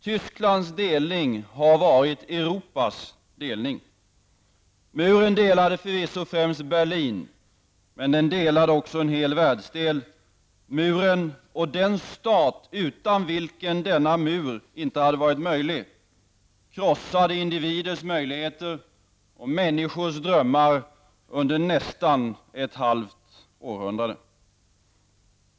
Tysklands delning har varit Europas delning. Muren delade förvisso främst Berlin, men den delade också en hel världsdel. Muren och den stat utan vilken denna mur inte hade varit möjlig krossade individers möjligheter och människors drömmar under nästan ett halvt århundrade.